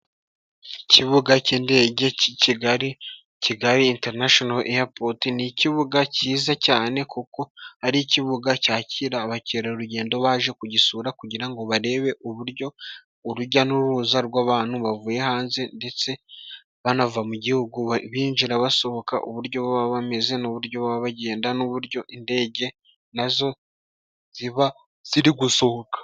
Ikibuga cy'indege cy'i Kigali, Kigali Intanashono Eyapoti, ni ikibuga cyiza cyane kuko ari ikibuga cyakira abakerarugendo baje kugisura, kugira ngo barebe uburyo urujya n'uruza rw'abantu bavuye hanze ndetse banava mu gihugu binjira, basohoka, uburyo baba bameze, n'uburyo baba bagenda, n'uburyo indege nazo ziba ziri gusohoka.